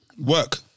Work